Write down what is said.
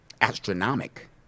astronomic